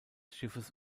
schiffes